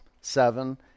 seven